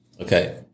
Okay